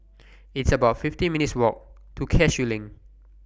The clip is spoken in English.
It's about fifty minutes' Walk to Cashew LINK